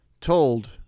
told